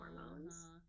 hormones